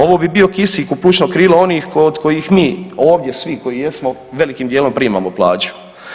Ovo bi bio kisik u plućno krilo onih od kojih mi ovdje svi koji jesmo velikim dijelom primamo plaću.